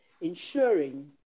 ensuring